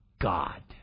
God